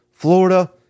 Florida